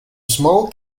small